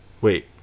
Wait